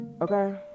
okay